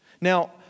Now